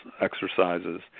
exercises